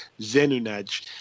Zenunaj